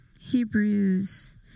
Hebrews